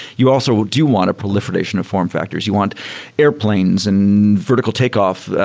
you also do want a proliferation of form factors. you want airplanes and vertical takeoff.